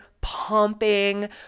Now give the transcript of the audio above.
Pumping